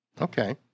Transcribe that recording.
Okay